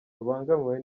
babangamiwe